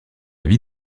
vie